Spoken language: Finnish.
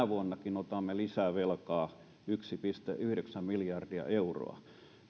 vuonna otamme lisää velkaa yksi pilkku yhdeksän miljardia euroa